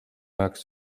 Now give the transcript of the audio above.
jaoks